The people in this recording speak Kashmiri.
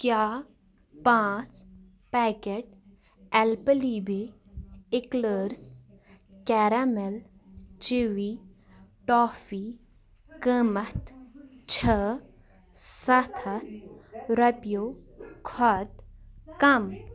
کیٛاہ پانٛژھ پیکٮ۪ٹ اٮ۪لپٕلیٖبے اِکلٲرٕس کٮ۪رٮ۪مِل چِوی ٹافی قۭمَتھ چھا سَتھ ہَتھ رۄپیو کھۄتہٕ کَم